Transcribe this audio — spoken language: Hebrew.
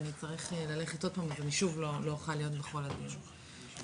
ועוד אצטרך ללכת לשם שוב ולא אוכל להיות בכל המשך הדיון.